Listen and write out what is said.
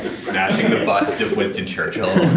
smashing the bust of winston churchill,